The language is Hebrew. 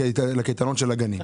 לקייטנות של הגנים.